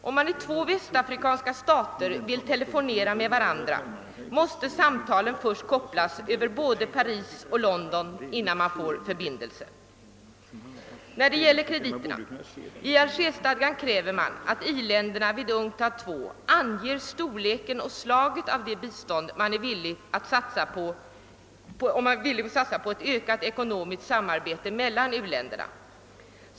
Om personer i två västafrikanska stater vill telefonera med varandra måste samtalen först kopplas över både Paris och London innan förbindelse erhålles. När det gäller krediterna krävs i Algerstadgan att i-länderna vid UNCTAD II anger storleken och slaget av det bistånd de är villiga att satsa på ökat ekonomiskt samarbete mellan u-länderna.